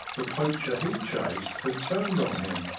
the poacher he chased had turned on him,